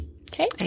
Okay